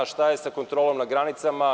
Šta je sa kontrolom na granicama?